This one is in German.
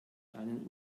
einen